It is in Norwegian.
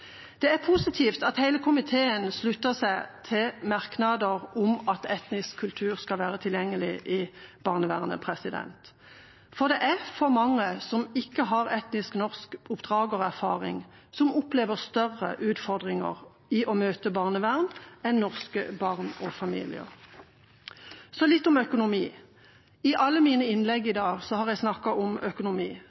Det er positivt at hele komiteen slutter seg til merknader om at etnisk kultur skal være tilgjengelig i barnevernet. Det er for mange som ikke har etnisk norsk oppdragererfaring, og som opplever større utfordringer i å møte barnevernet enn norske barn og familier. Så litt om økonomi. I alle mine innlegg i dag har jeg snakket om økonomi,